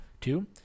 Two